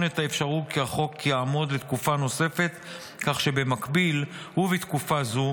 את האפשרות כי החוק יעמוד לתקופה נוספת כך שבמקביל ובתקופה זו